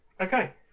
okay